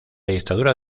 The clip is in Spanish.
dictadura